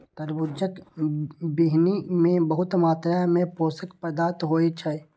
तरबूजक बीहनि मे बहुत मात्रा मे पोषक पदार्थ होइ छै